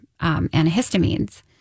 antihistamines